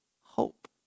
hope